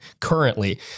currently